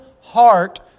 heart